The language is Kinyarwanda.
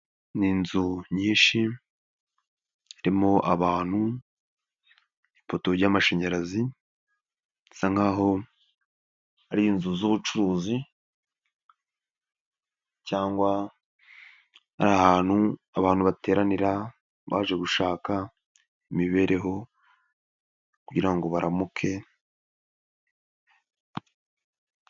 Ni inzu nyinshi harimo abantu, ipoto ry'amashanyarazi bisa nk'aho ari inzu z'ubucuruzi cyangwa ari ahantu abantu bateranira baje gushaka imibereho kugira ngo baramuke.